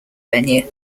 venue